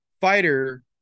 fighter